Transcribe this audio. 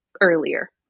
earlier